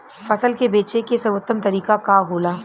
फसल के बेचे के सर्वोत्तम तरीका का होला?